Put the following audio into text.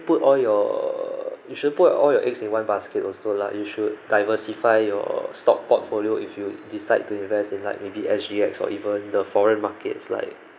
put all your you should put all your eggs in one basket also lah you should diversify your stock portfolio if you decide to invest in like maybe S_G_X or even the foreign markets like